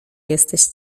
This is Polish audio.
jesteś